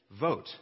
vote